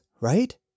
right